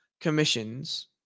commissions